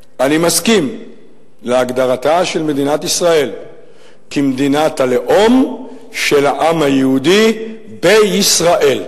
אני מסכים להגדרתה של מדינת ישראל כמדינת הלאום של העם היהודי בישראל.